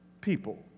people